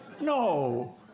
No